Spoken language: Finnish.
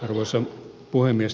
arvoisa puhemies